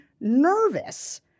nervous